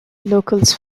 locals